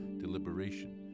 deliberation